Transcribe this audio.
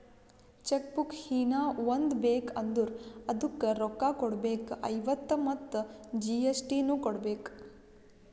check book ಹೀನಾ ಒಂದ್ ಬೇಕ್ ಅಂದುರ್ ಅದುಕ್ಕ ರೋಕ್ಕ ಕೊಡ್ಬೇಕ್ ಐವತ್ತ ಮತ್ ಜಿ.ಎಸ್.ಟಿ ನು ಕೊಡ್ಬೇಕ್